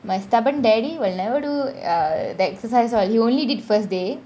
my stubborn daddy will never do err the exercise [one] he only did first day